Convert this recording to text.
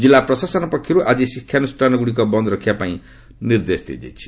ଜିଲ୍ଲା ପ୍ରଶାସନ ପକ୍ଷରୁ ଆଜି ଶିକ୍ଷାନୁଷ୍ଠାନଗୁଡ଼ିକ ବନ୍ଦ ରଖିବା ପାଇଁ ନିର୍ଦ୍ଦେଶ ଦିଆଯାଇଛି